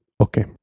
Okay